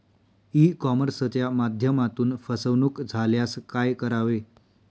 E कॉमर्सच्या माध्यमातून फसवणूक झाल्यास काय करावे?